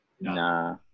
Nah